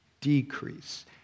decrease